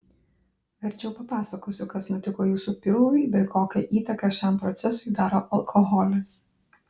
verčiau papasakosiu kas nutiko jūsų pilvui bei kokią įtaką šiam procesui daro alkoholis